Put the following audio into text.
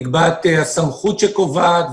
נקבעת הסמכות שקובעת,